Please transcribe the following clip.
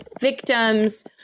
victims